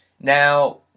Now